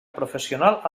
professional